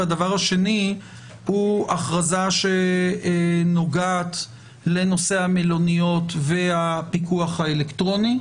הדבר השני הוא הכרזה שנוגעת לנושא המלוניות והפיקוח האלקטרוני,